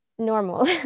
normal